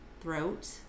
throat